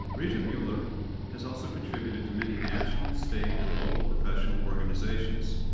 regent mueller has also contributed to many national, state, and local professional organizations.